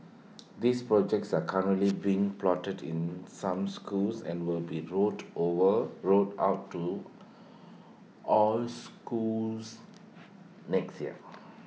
these projects are currently being piloted in some schools and will be rolled over rolled out to all schools next year